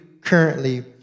currently